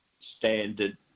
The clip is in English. standard